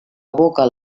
evoca